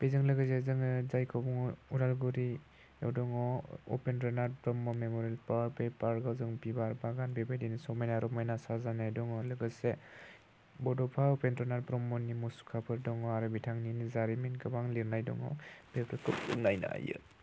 बेजों लोगोसे जोङो जायखौ बुङो उदालगुरियाव दङ उपेन्द्र' नाथ ब्रह्म मेम'रियेल पार्क बे पार्कआव जों बिबार बागान बेफोरबायदिनो समायना रमायना साजायना दङ लोगोसे बड'फा उपेन्द्र' नाथ ब्रह्मनि मुसुखाफोर दङ आरो बिथांनिनो जारिमिन गोबां लिरनाय दङ बेफोरखौ नायनो हायो